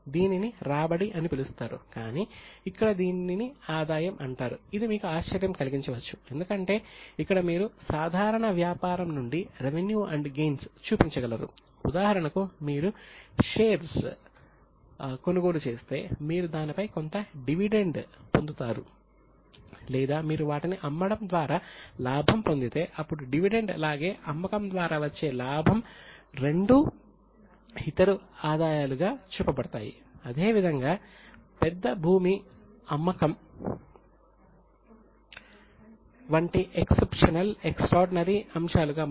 కాబట్టి ఇది ఆదాయం యొక్క సంభావిత అవగాహన